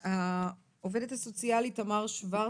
העובדת הסוציאלית תמר שוורץ,